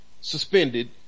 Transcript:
suspended